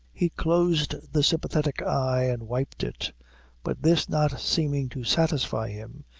he' closed the sympathetic eye, and wiped it but this not seeming to satisfy him,